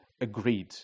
agreed